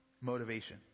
motivation